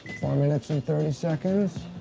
four minutes and thirty seconds.